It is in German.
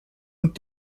und